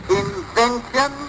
invention